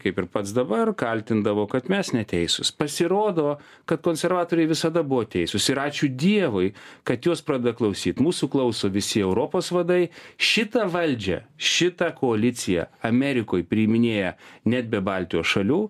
kaip ir pats dabar kaltindavo kad mes neteisūs pasirodo kad konservatoriai visada buvo teisūs ir ačiū dievui kad jos pradeda klausyti mūsų klauso visi europos vadai šita valdžia šitą koaliciją amerikoj priiminėja net be baltijos šalių